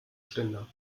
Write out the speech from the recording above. ständer